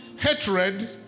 hatred